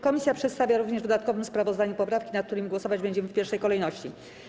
Komisja przedstawia również w dodatkowym sprawozdaniu poprawki, nad którymi głosować będziemy w pierwszej kolejności.